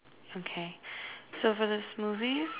okay so for this smoothie